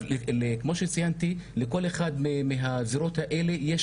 כמו שציינתי לכל אחד מהזרועות האלה יש